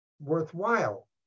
worthwhile